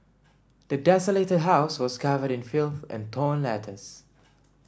the desolated house was covered in filth and torn letters